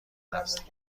است